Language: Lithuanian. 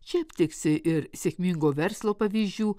čia aptiksi ir sėkmingo verslo pavyzdžių